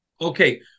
Okay